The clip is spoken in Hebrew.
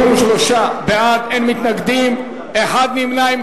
73 בעד, אין מתנגדים, נמנע אחד.